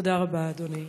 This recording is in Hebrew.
תודה רבה, אדוני.